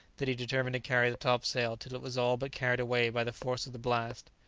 that he determined to carry the topsail till it was all but carried away by the force of the blast.